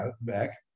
back